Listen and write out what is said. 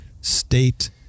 state